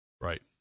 Right